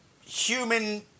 human